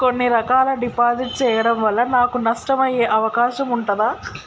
కొన్ని రకాల డిపాజిట్ చెయ్యడం వల్ల నాకు నష్టం అయ్యే అవకాశం ఉంటదా?